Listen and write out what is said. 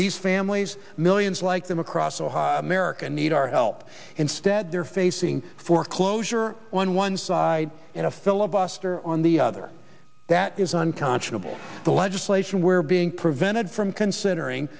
these families millions like them across ohio america need our help instead they're facing foreclosure on one side and a filibuster on the other that is unconscionable the legislation we're being prevented from considering